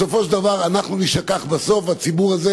בסופו של דבר אנחנו נישכח, והציבור הזה,